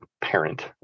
parent